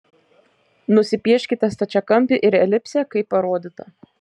nusipieškite stačiakampį ir elipsę kaip parodyta